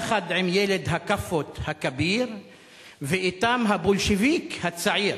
יחד עם ילד הכאפות הכביר / ואתם הבולשביק הצעיר.